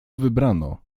wybrano